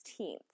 16th